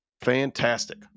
Fantastic